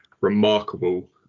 remarkable